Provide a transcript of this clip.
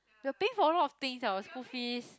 we are paying for a lot of things our school fees